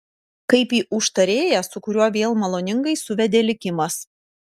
kaip į užtarėją su kuriuo vėl maloningai suvedė likimas